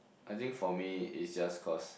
I think for me it's just cause